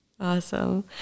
awesome